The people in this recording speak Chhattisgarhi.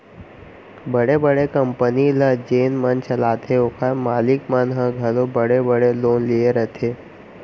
बड़े बड़े कंपनी ल जेन मन चलाथें ओकर मालिक मन ह घलौ बड़े बड़े लोन लिये रथें